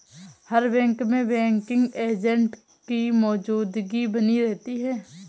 हर bank में banking agent की मौजूदगी बनी रहती है